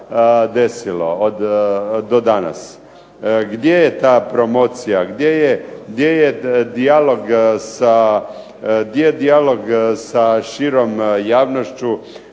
desilo do danas, gdje je ta promocija, gdje je dijalog sa širom javnošću,